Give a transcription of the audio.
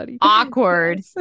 awkward